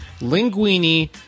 Linguini